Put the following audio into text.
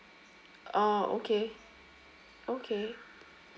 oh okay okay